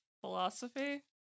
philosophy